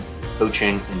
coaching